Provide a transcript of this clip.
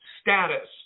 status